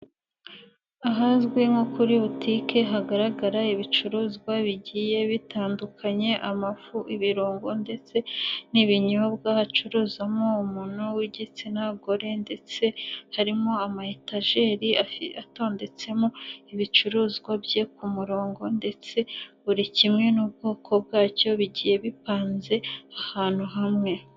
Ahazwi nko kuri butike, hagaragara ibicuruzwa bigiye bitandukanye, amafu, ibirungo ndetse n'ibinyobwa, hacuruzamo umuntu w'igitsina gore ndetse harimo amatageri atondetsemo, ibicuruzwa bye ku murongo ndetse buri kimwe n'ubwoko bwacyo, bigiye bipanze ahantu hamwe.